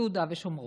יהודה ושומרון.